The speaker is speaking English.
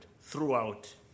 throughout